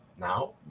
now